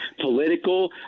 political